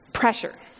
pressure